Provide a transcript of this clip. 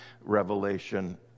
Revelation